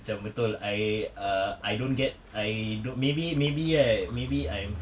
macam betul I err I don't get I don~ maybe maybe right maybe I'm